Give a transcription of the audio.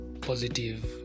positive